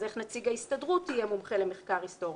אז איך נציג ההסתדרות יהיה מומחה למחקר היסטורי?